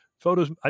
Photos